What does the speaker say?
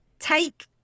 take